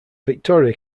victoria